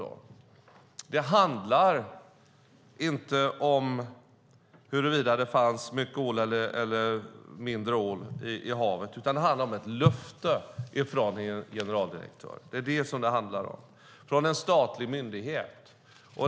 Det handlar inte om huruvida det fanns mycket ål eller mindre ål i havet, utan det handlar om ett löfte från generaldirektören för en statlig myndighet.